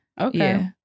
Okay